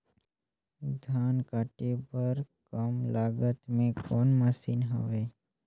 धान काटे बर कम लागत मे कौन मशीन हवय?